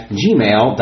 gmail